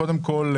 קודם כול,